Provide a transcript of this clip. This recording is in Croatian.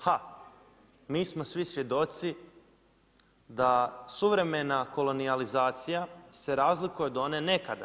Ha, mi smo svi svjedoci, da suvremena kolonizacija se razlikuje od one nekada.